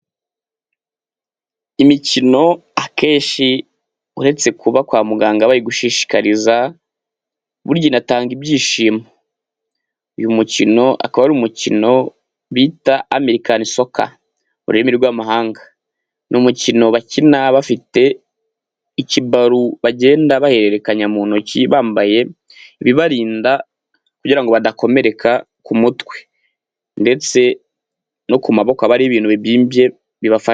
Imikino akenshi uretse kuba kwa muganga bayigushishikariza burya inatanga ibyishimo. Uyu mukino akaba ari umukino bita Americani soka mu rurimi rw'amahanga. Ni umukino bakina bafite ikibaru bagenda bahererekanya mu ntoki bambaye ibibarinda kugira badakomereka ku mutwe ,ndetse no ku maboko aba ari ibintu bibyimbye bibafasha.